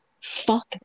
Fuck